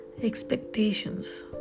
expectations